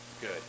good